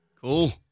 Cool